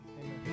Amen